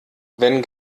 wenn